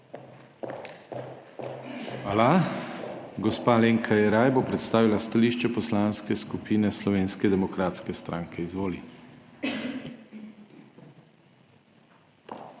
Hvala. Gospa Alenka Jeraj bo predstavila stališče Poslanske skupine Slovenske demokratske stranke. Izvoli.